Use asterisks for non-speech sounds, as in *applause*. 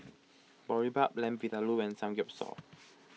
Boribap Lamb Vindaloo and Samgyeopsal *noise*